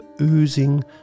oozing